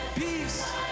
Peace